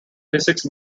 physics